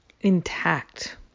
intact